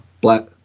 Black